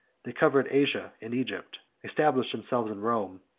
they covered asia and egypt, established themselves in rome,